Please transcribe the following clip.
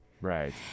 Right